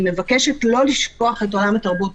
אני מבקשת לא לשכוח את עולם התרבות